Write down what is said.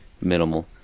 minimal